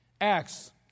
Acts